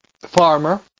farmer